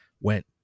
went